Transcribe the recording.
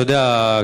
אתה יודע,